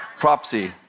Propsy